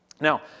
Now